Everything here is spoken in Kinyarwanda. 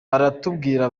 baratubwira